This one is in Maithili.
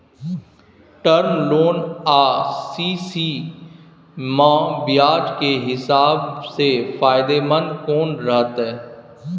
टर्म लोन आ सी.सी म ब्याज के हिसाब से फायदेमंद कोन रहते?